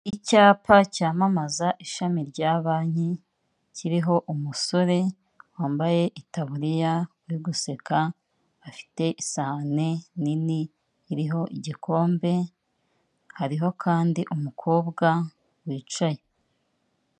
Icyapa cyamamaza ishami rya banki, kiriho umusore wambaye itaburiya uri guseka, afite isahane nini iriho igikombe, hariho kandi umukobwa wicaye.